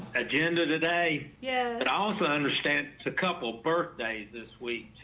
agenda today. yeah. but also understand the couple birthdays this week